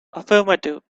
affirmative